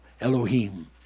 Elohim